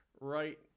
right